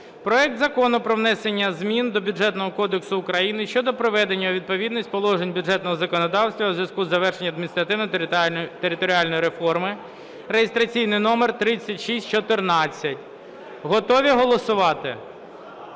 проект Закону про внесення змін до Бюджетного кодексу України щодо приведення у відповідність положень бюджетного законодавства у зв’язку із завершенням адміністративно-територіальної реформи (реєстраційний номер 3614). Готові голосувати?